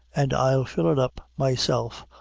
an' i'll fill it up myself,